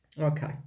Okay